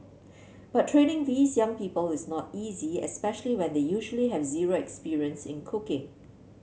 but training these young people is not easy especially when they usually have zero experience in cooking